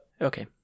Okay